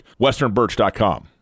westernbirch.com